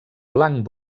blanc